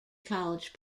college